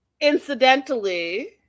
incidentally